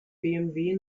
bmw